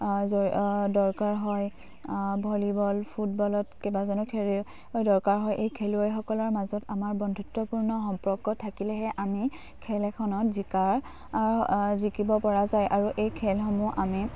জ দৰকাৰ হয় ভলীবল ফুটবলত কেইবাজনো খেলুৱৈ দৰকাৰ হয় এই খেলুৱৈসকলৰ মাজত আমাৰ বন্ধুত্বপূৰ্ণ সম্পৰ্ক থাকিলেহে আমি খেল এখনত জিকাৰ জিকিব পৰা যায় আৰু এই খেলসমূহ আমি